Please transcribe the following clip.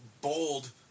bold